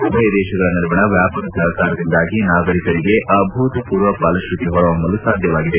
ಉಭಯ ದೇಶಗಳ ನಡುವಣ ವ್ಯಾಪಕ ಸಪಕಾರದಿಂದಾಗಿ ನಾಗರಿಕರಿಗೆ ಅಭೂತಮೂರ್ವ ಫಲಶ್ರುತಿ ಹೊರಹೊಮ್ಮಲು ಸಾಧ್ಯವಾಗಿದೆ